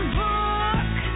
book